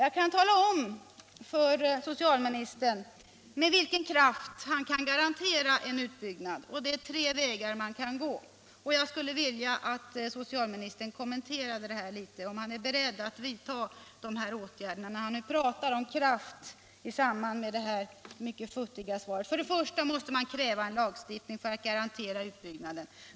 Jag kan tala om för socialministern vilka tre vägar man kan gå för att garantera utbyggnaden. Jag skulle vilja att socialministern kommen terade detta något och talade om ifall han är beredd att vidta de tre åtgärderna, när han nu talar om kraft i samband med detta mycket futtiga svar. För det första måste man kräva en lagstiftning för att garantera utbyggnaden.